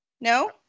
No